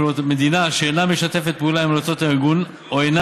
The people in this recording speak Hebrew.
מדינה שאינה משתפת פעולה עם המלצות הארגון או אינה